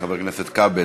חבר הכנסת כבל,